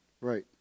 right